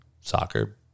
soccer